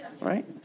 Right